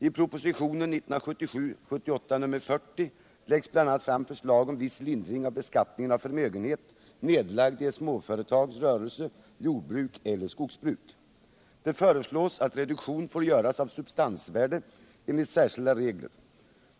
I proposition 1977/78:40 läggs bl.a. fram förslag om viss lindring av beskattningen av förmögenhet, nedlagd i ett småföretags rörelse, jordbruk eller skogsbruk. Det föreslås att reduktion skall få göras av substansvärde enligt särskilda regler.